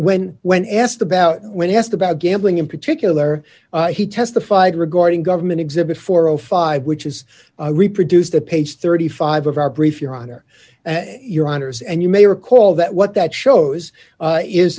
when when asked about when asked about gambling in particular he testified regarding government exhibit four o five which is reproduced the page thirty five of our brief your honor and your honors and you may recall that what that shows